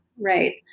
right